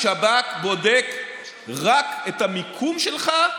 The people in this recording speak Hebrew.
השב"כ בודק רק את המיקום שלך,